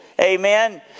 Amen